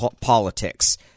politics